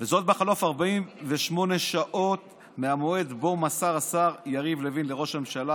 וזאת בחלוף 48 שעות מהמועד שבו מסר השר יריב לוין לראש הממשלה